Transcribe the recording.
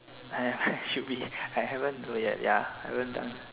I should be I haven't do yet ya I haven't done